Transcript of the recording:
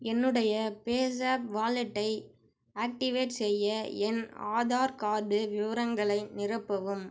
என்னுடைய பேஸாப் வாலெட்டை ஆக்டிவேட் செய்ய என் ஆதார் கார்டு விவரங்களை நிரப்பவும்